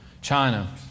China